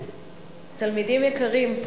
תלמידים יקרים,